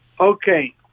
Okay